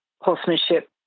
horsemanship